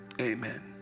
Amen